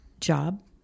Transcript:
job